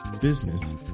business